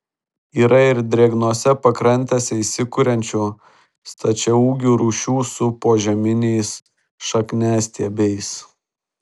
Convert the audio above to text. yra ir drėgnose pakrantėse įsikuriančių stačiaūgių rūšių su požeminiais šakniastiebiais